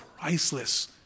priceless